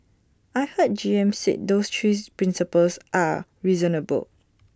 I heard G M said those three principles are reasonable